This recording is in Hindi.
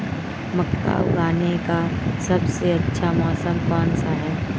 मक्का उगाने का सबसे अच्छा मौसम कौनसा है?